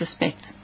respect